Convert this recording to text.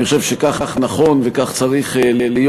אני חושב שכך נכון וכך צריך להיות.